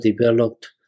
developed